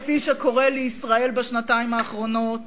כפי שקורה לישראל בשנתיים האחרונות.